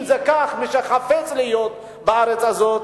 אם זה כך, מי שחפץ להיות בארץ הזאת,